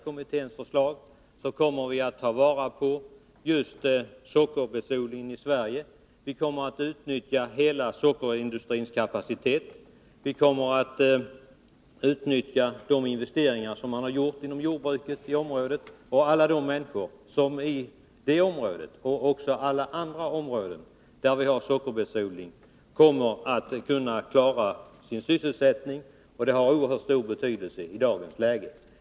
Det betyder bl.a. att vi kommer att ta vara på just sockerbetsodlingen i Sverige, att vi kommer att utnyttja hela sockerindustrins kapacitet och de investeringar som man har gjort inom jordbruket på sockerbetsodlingens område. Alla människor sysselsatta i sockernäringen i Karpalundsområdet och även i andra områden med sockerbetsodling kommer att kunna klara sin sysselsättning, och det har oerhört stor betydelse i dagens läge.